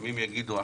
ימים יגידו,